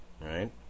right